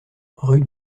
rue